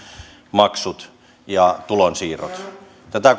maksut ja tulonsiirrot tätä